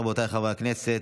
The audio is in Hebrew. חברי הכנסת,